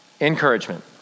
Encouragement